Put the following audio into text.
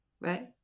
right